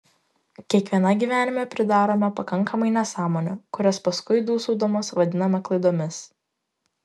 kiekviena gyvenime pridarome pakankamai nesąmonių kurias paskui dūsaudamos vadiname klaidomis